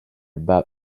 bat